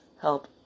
help